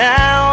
Now